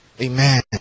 Amen